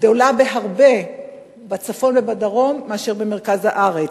גדולה בהרבה בצפון ובדרום מתמותת התינוקות במרכז הארץ.